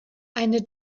eine